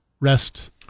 rest